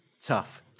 tough